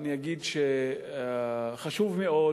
אני אגיד שחשוב מאוד